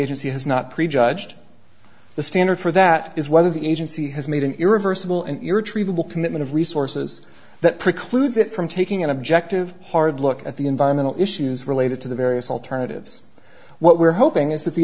agency has not prejudged the standard for that is whether the agency has made an irreversible and irretrievable commitment of resources that precludes it from taking an objective hard look at the environmental issues related to the various alternatives what we're hoping is that the